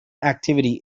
activity